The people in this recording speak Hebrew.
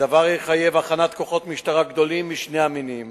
הדבר יחייב הכנת כוחות משטרה גדולים משני המינים